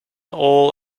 all